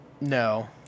No